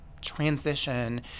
transition